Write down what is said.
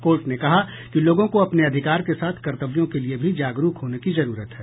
court ने कहा कि लोगों को अपने अधिकार के साथ कर्तव्यों के लिए भी जागरूक होने की जरूरत है